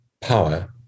power